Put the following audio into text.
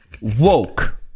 woke